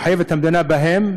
שהמדינה מחויבת בהם,